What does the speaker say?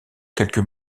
quelques